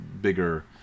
bigger